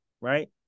right